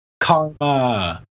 Karma